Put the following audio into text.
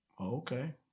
okay